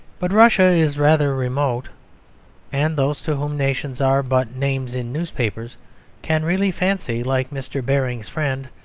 but russia is rather remote and those to whom nations are but names in newspapers can really fancy, like mr. baring's friend,